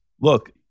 Look